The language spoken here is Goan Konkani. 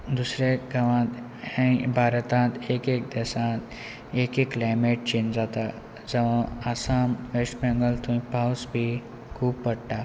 दुसरे गांवांत हे भारतांत एक एक देसांत एक क्लायमेट चेंज जाता जावं आसाम वेस्ट बेंगल थंय पावस बी खूब पडटा